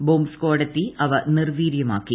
bomb സ്കോഡെത്തി അവ നിർവീര്യമാക്കി